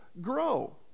grow